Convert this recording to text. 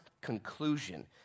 conclusion